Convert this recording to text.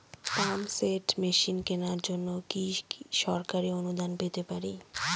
Pump set machine কেনার জন্য কি সরকারি অনুদান পেতে পারি?